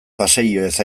paseilloez